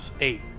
Eight